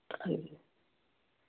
ਹਾਜੀ